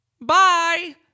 Bye